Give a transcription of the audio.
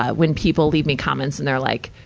ah when people leave me comments and they're like,